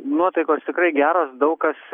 nuotaikos tikrai geros daug kas